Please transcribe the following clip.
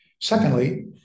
Secondly